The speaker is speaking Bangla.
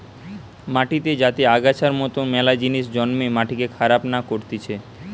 মাটিতে যাতে আগাছার মতন মেলা জিনিস জন্মে মাটিকে খারাপ না করতিছে